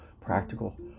practical